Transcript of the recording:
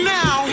now